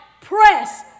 press